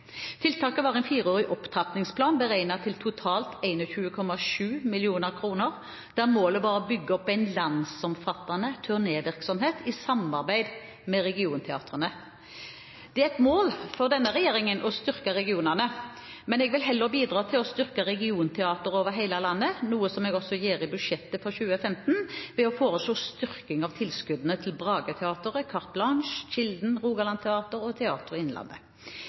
Tiltaket var en fireårig opptrappingsplan beregnet til totalt 21,7 mill. kr, der målet var å bygge opp en landsomfattende turnévirksomhet i samarbeid med regionteatrene. Det er et mål for denne regjeringen å styrke regionene, men jeg vil heller bidra til å styrke regionteatre over hele landet, noe jeg også gjør i budsjettet for 2015, ved å foreslå styrking av tilskuddene til Brageteatret, Carte Blanche, Kilden, Rogaland Teater og Teater Innlandet.